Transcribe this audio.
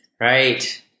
right